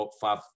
five